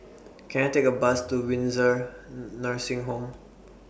Can I Take A Bus to Windsor Nursing Home